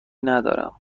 ندارم